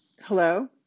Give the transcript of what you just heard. Hello